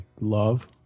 love